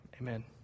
Amen